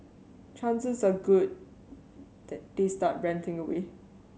chances are good they start ranting away